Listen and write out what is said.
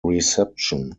reception